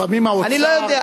לפעמים האוצר, אני לא יודע.